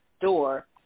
door